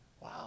Wow